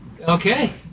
Okay